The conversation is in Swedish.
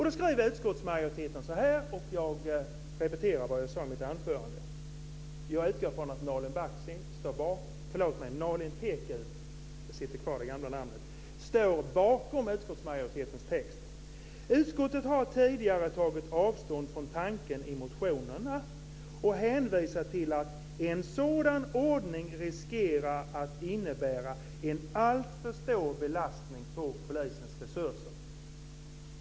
Då skriver utskottsmajoriteten så här - jag repeterar vad jag sade i mitt anförande: Utskottet har tidigare tagit avstånd från tanken i motionerna och hänvisar till att en sådan ordning riskerar att innebära en alltför stor belastning på polisens resurser.